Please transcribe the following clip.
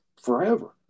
forever